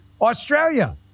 Australia